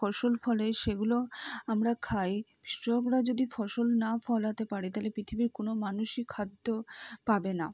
ফসল ফলায় সেগুলো আমরা খাই কৃষকরা যদি ফসল না ফলাতে পারে তাহলে পৃথিবীর কোন মানুষই খাদ্য পাবে না